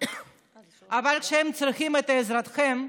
אבל כשהם צריכים את עזרתכם,